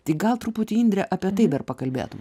tai gal truputį indre apie tai dar pakalbėtum